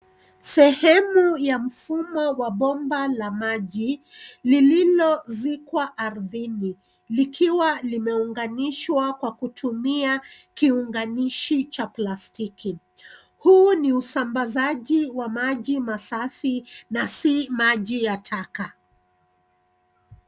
Sehemu ya mfumo wa bomba la maji liliozikwa ardhini likiwa limeunganishwa kwa kutumia kiunganishi cha plastiki. Huu ni usambazaji wa maji masafu na si maji ya taka.